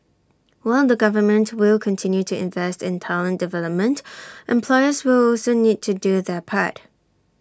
while the government will continue to invest in talent development employers will also need to do their part